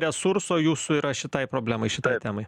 resurso jūsų yra šitai problemai šitai temai